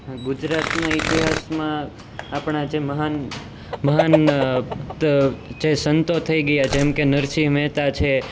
ગુજરાતના ઇતિહાસમાં આપણા જે મહાન મહાન જે સંતો થઈ ગયા જેમકે નરસિંહ મહેતા છે